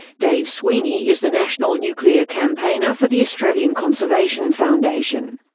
dave sweeney is the national nuclear campaigner for the australian conservation foundation.